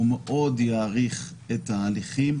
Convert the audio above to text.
זה דבר שמאוד יאריך את ההליכים.